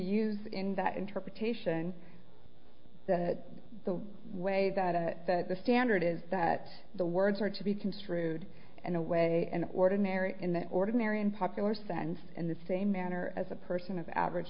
use in that interpretation the way that the standard is that the words are to be construed in a way an ordinary in the ordinary and popular sense in the same manner as a person of average